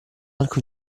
anche